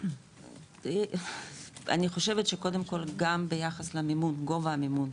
אני חושבת שקודם כל, גם ביחס למימון, גובה המימון,